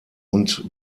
und